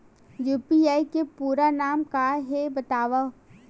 UPI के पूरा नाम का हे बतावव?